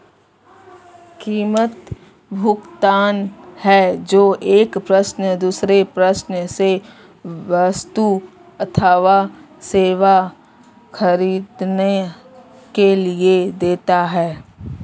कीमत, भुगतान है जो एक पक्ष दूसरे पक्ष से वस्तु अथवा सेवा ख़रीदने के लिए देता है